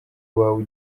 wawe